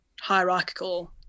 hierarchical